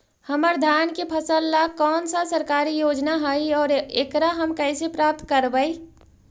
हमर धान के फ़सल ला कौन सा सरकारी योजना हई और एकरा हम कैसे प्राप्त करबई?